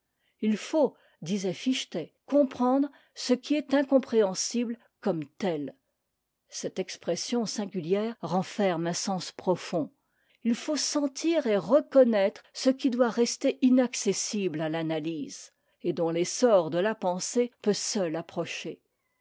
il faut disait fichte comprendre ce qui est incompréhensible comme telle cette expression singulière renferme un sens profond it faut sentir et reconnaître ce qui doit rester inaccessible à l'analyse et dont l'essor de la pensée peut seul approcher